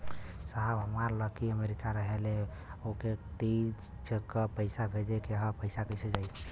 साहब हमार लईकी अमेरिका रहेले ओके तीज क पैसा भेजे के ह पैसा कईसे जाई?